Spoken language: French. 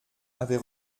avait